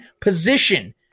position